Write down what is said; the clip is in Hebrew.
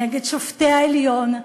נגד שופטי העליון,